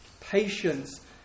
Patience